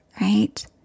right